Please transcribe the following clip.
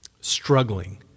struggling